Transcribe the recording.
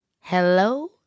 Hello